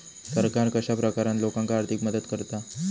सरकार कश्या प्रकारान लोकांक आर्थिक मदत करता?